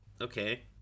Okay